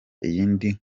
iyindi